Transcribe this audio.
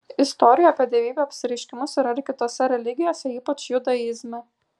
istorijų apie dievybių apsireiškimus yra ir kitose religijose ypač judaizme